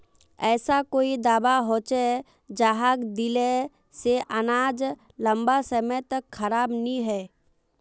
ऐसा कोई दाबा होचे जहाक दिले से अनाज लंबा समय तक खराब नी है?